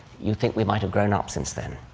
you'd think we might have grown up since then.